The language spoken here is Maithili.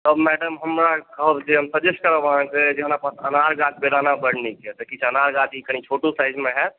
तब मैडम हमरा कहब जे हम सजेस्ट करब अहाँकेँ हमरा पास अनार गाछ बेदाना बड्ड नीक छै तऽ किछ अनार गाछ कनी छोटो साइज़मे होयत